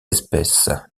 espèces